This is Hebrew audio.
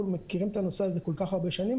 מכירים את הנושא הזה כל-כך הרבה שנים,